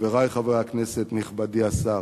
חברי חברי הכנסת, נכבדי השר,